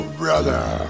brother